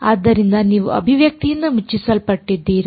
ಆದ್ದರಿಂದ ನೀವು ಅಭಿವ್ಯಕ್ತಿಯಿಂದ ಮುಚ್ಚಲ್ಪಟ್ಟಿದ್ದೀರಿ